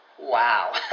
Wow